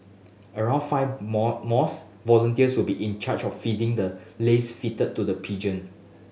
around five more mores volunteers will be in charge of feeding the lace feed to the pigeon